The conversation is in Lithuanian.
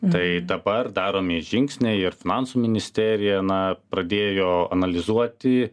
tai dabar daromi žingsniai ir finansų ministerija na pradėjo analizuoti